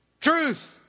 Truth